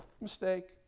Mistake